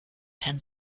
ten